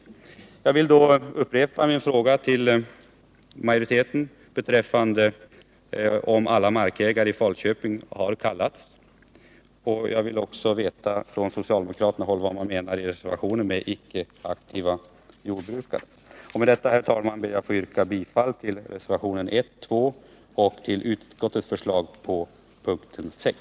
Jag vill upprepa min fråga till majoriteten om alla markägare i Falköping har kallats, och jag vill också veta vad man från socialdemokratiskt håll menar med icke-aktiva markägare. Med detta, herr talman, ber jag att få yrka bifall till reservationerna 1 och 2 och till utskottets förslag på punkten 6.